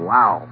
Wow